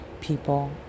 people